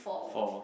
fall